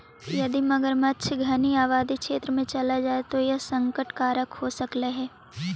यदि मगरमच्छ घनी आबादी क्षेत्र में चला जाए तो यह संकट कारक हो सकलई हे